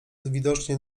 widocznie